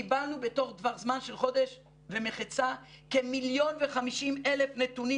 קיבלנו בתוך טווח זמן של חודש ומחצה כ-1,050,000 נתונים